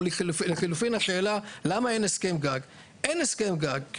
או לחלופין השאלה למה אין הסכם גג אין הסכם גג כי